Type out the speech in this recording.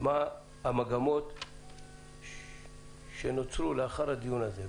מה המגמות שנוצרו לאחר הדיון הזה.